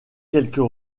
quelques